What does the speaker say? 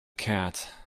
cat